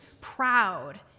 proud